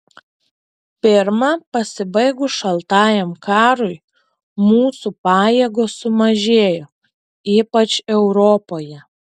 pirma pasibaigus šaltajam karui mūsų pajėgos sumažėjo ypač europoje